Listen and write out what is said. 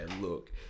look